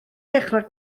dechrau